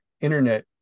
internet